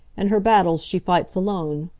and her battles she fights alone.